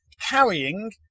Carrying